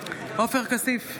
עופר כסיף,